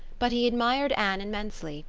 but he admired anne immensely,